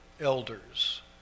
elders